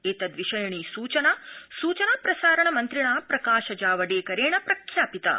एतद्विषयणी सूचना सूचना प्रसारण मन्त्रिणा प्रकाश जावड़ेकरेण प्रख्यापिता